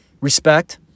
respect